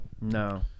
No